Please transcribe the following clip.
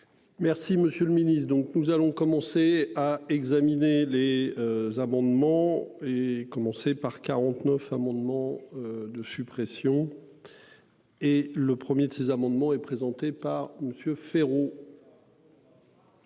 Monsieur le Ministre. Donc nous allons commencer à examiner les amendements et commencer par 49 amendements. De suppression. Et le premier de ces amendements et présenté par Monsieur